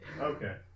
Okay